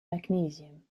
magnesium